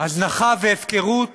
הזנחה והפקרות